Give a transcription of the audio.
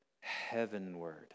heavenward